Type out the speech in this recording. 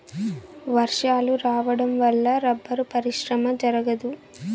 వర్షాలు రావడం వల్ల రబ్బరు పరిశ్రమ జరగదు